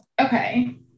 okay